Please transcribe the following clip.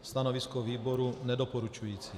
Stanovisko výboru nedoporučující.